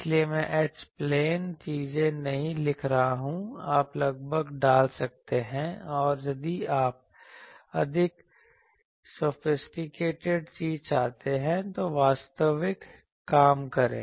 इसलिए मैं H plain चीजें नहीं लिख रहा हूं आप लगभग डाल सकते हैं और यदि आप अधिक सोफीसटीकेटेड चीज चाहते हैं तो वास्तविक काम करें